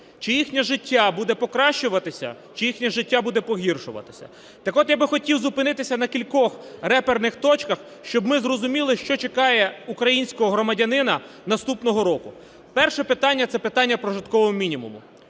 чи їхнє життя буде покращуватися, чи їхнє життя буде погіршуватися. Так от я би хотів зупинитися на кількох реперних точках, щоб ми зрозуміли, що чекає українського громадянина наступного року. Перше питання – це питання прожиткового мінімуму.